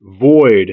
void